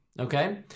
okay